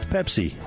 Pepsi